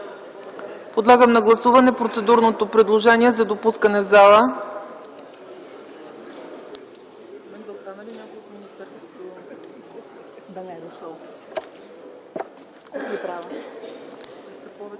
Подлагам на гласуване процедурното предложение за допускане в